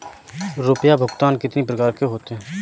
रुपया भुगतान कितनी प्रकार के होते हैं?